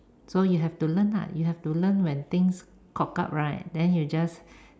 so you have to learn lah you have to learn when things cock up right then you just